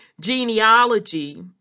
genealogy